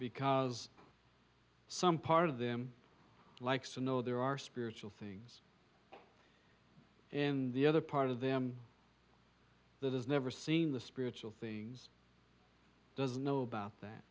because some part of them likes to know there are spiritual things and the other part of them that has never seen the spiritual things doesn't know about that